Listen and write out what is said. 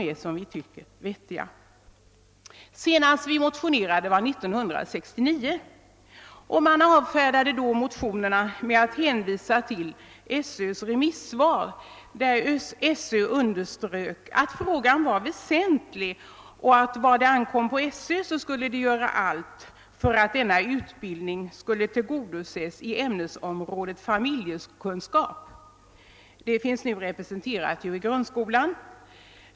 Senast vi motionerade i denna fråga var 1969. Man avfärdade då våra motioner genom att hänvisa till SöÖ:s remissvar, i vilket Sö underströk att frå gan var väsentlig och att Sö skulle göra allt för att tillgodose denna utbildning inom ämnesområdet familjekunskap. Detta finns nu representerat i grundskolan.